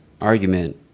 argument